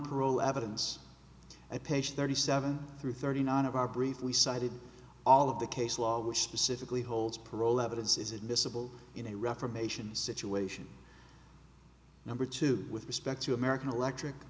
parole evidence at page thirty seven through thirty nine of our brief we cited all of the case law which specifically holds parole evidence is admissible in a reformation situation number two with respect to american electric